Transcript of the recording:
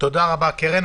תודה רבה, קרן.